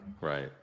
Right